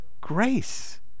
grace